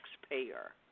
taxpayer